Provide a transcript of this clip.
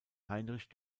heinrich